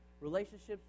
Relationships